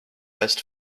best